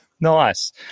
Nice